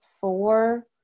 four